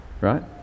right